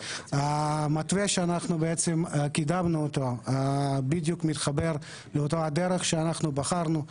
המתווה שאנחנו קידמנו אותו בדיוק מתחבר לאותה הדרך שאנחנו בחרנו.